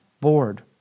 board